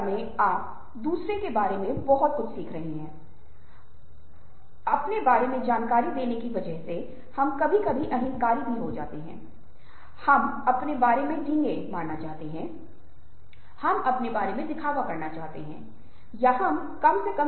अब आप देखते हैं कि गोलेमैन ने सहानुभूति के प्रमुख तत्वों की पहचान की है और आप कहते हैं कि हम नरम कौशल के संदर्भ में सहानुभूति की कुछ बहुत ही महत्वपूर्ण प्रासंगिकताओं को देख सकते हैं